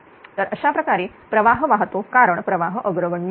तर अशाप्रकारे प्रवाह वाहतो कारण प्रवाह अग्रगण्य आहे